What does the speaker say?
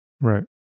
Right